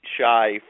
shy